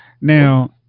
Now